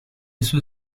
sue